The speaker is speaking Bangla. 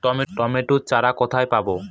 টমেটো চারা কোথায় পাবো?